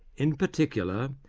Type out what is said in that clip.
in particular,